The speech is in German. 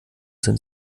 sind